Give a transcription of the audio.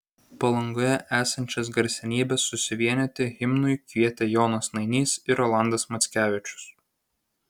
palangoje esančias garsenybes susivienyti himnui kvietė jonas nainys ir rolandas mackevičius